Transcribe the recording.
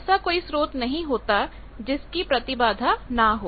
ऐसा कोई स्रोत नहीं होता जिसकी प्रतिबाधा ना हो